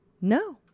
No